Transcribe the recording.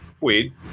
Weed